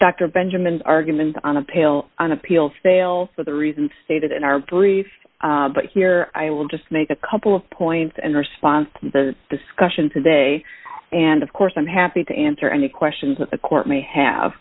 dr benjamin argument on a pill on appeals fail for the reason stated in our brief but here i will just make a couple of points and response to the discussion today and of course i'm happy to answer any questions that the court may have